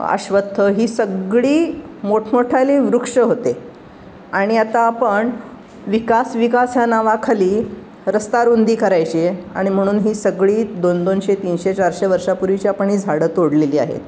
अश्वत्थ ही सगळी मोठमोठाली वृक्ष होते आणि आता आपण विकास विकास ह्या नावाखाली रस्ता रुंदी करायची आहे आणि म्हणून ही सगळी दोनदोनशे तीनशे चारशे वर्षापूर्वीची आपण ही झाडं तोडलेली आहेत